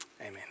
amen